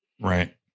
right